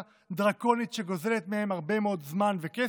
דרקונית שגוזלת מהם הרבה מאוד זמן וכסף,